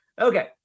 Okay